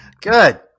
Good